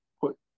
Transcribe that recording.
put